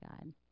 God